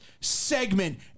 segment